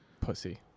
Pussy